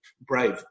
brave